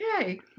okay